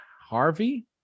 Harvey